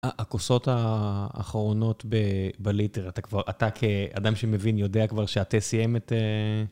הכוסות האחרונות בליטר, אתה כאדם שמבין, יודע כבר שהתה סיים את ה...